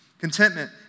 Contentment